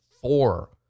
four